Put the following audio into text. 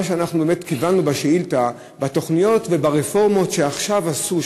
מה שאנחנו באמת כיוונו בשאילתה: בתוכניות וברפורמות שעכשיו עשו,